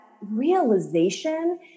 realization